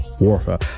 warfare